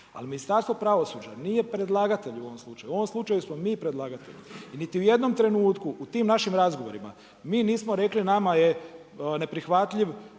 ali Ministarstvo pravosuđa nije predlagatelj u ovom slučaju. U ovom slučaju smo mi predlagatelj i niti u jednom trenutku u tim našim razgovorima mi nismo rekli nama je neprihvatljiv